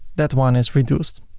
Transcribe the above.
that one is reduced.